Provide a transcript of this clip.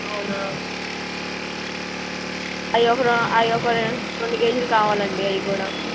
అవునా అయ్యొక అయ్యొక రెండు కేజీలు కావాలండి అయ్యి కూడ